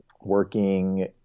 Working